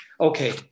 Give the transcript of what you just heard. Okay